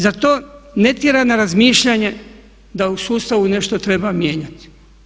Zar to ne tjera na razmišljanje da u sustavu nešto treba mijenjati?